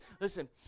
listen